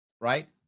right